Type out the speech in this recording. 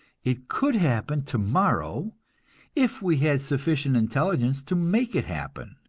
it could happen tomorrow if we had sufficient intelligence to make it happen.